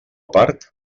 part